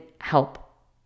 help